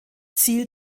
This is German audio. ziel